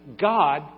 God